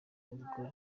ubwo